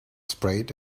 sprayed